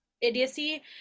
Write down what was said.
idiocy